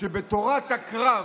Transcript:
שבתורת הקרב,